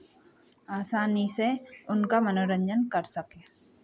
आसानी से उनका मनोरंजन कर सकें